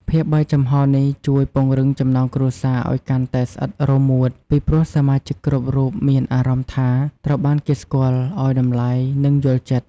ភាពបើកចំហរនេះជួយ ពង្រឹងចំណងគ្រួសារឲ្យកាន់តែស្អិតរមួត ពីព្រោះសមាជិកគ្រប់រូបមានអារម្មណ៍ថាត្រូវបានគេស្ដាប់ ឲ្យតម្លៃ និងយល់ចិត្ត។